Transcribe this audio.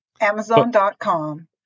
Amazon.com